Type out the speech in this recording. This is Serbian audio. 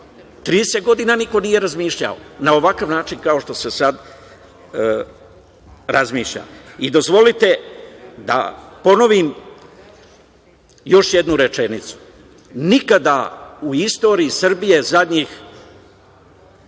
30 godina niko nije razmišljao na ovakav način kao što se sad razmišlja. Dozvolite da ponovim još jednu rečenicu. Nikada u istoriji Srbije, u zadnjih